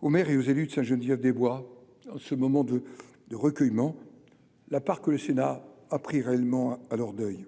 aux maires et aux élus de sa Geneviève des Bois en ce moment de de recueillement la part que le Sénat a pris réellement à leur deuil.